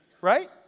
Right